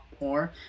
more